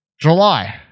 july